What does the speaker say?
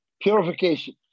purification